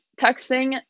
texting